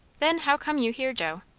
then how come you here, joe?